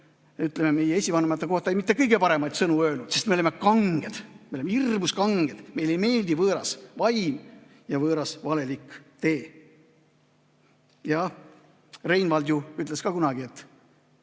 ta on meie esivanemate kohta mitte kõige paremaid sõnu öelnud, sest me oleme kanged, me oleme hirmus kanged, meile ei meeldi võõras vaim ja võõras, valelik tee. Jaa, Reinvald ju ütles ka kunagi